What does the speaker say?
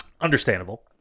Understandable